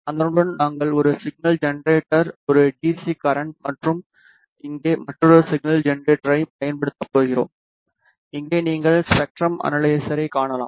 அதனுடன் நாங்கள் ஒரு சிக்னல் ஜெனரேட்டர் ஒரு டிசி கரண்ட் மற்றும் இங்கே மற்றொரு சிக்னல் ஜெனரேட்டரைப் பயன்படுத்தப் போகிறோம் இங்கே நீங்கள் ஸ்பெக்ட்ரம் அனலைசரை காணலாம்